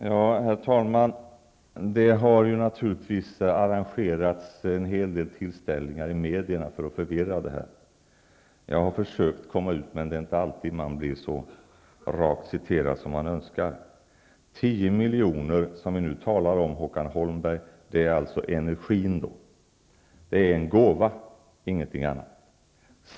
Herr talman! Det har ju naturligtvis arrangerats en hel del tillställningar i media för att förvirra det här. Jag har försökt nå ut, men det är inte alltid man blir så rakt citerad som man önskar. De 10 milj.kr. som vi talar om här, Håkan Holmberg, gäller alltså energin. Det är en gåva, ingenting annat.